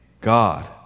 God